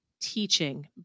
teaching